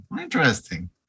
interesting